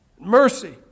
mercy